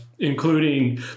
including